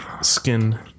skin